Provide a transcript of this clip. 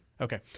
Okay